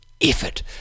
effort